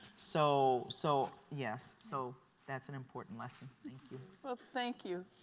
so so yes, so that's an important lesson. thank you. well thank you.